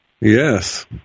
Yes